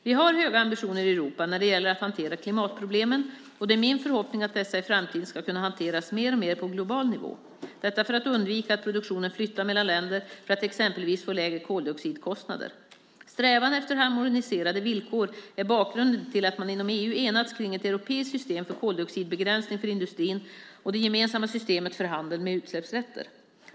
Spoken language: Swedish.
Vi har höga ambitioner i Europa när det gäller att hantera klimatproblemen, och det är min förhoppning att dessa i framtiden ska kunna hanteras mer och mer på global nivå. Detta för att undvika att produktionen flyttar mellan länder för att exempelvis få lägre koldioxidkostnader. Strävan efter harmoniserade villkor är bakgrunden till att man inom EU enats kring ett europeiskt system för koldioxidbegränsning för industrin - det gemensamma systemet för handel med utsläppsrätter.